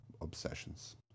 obsessions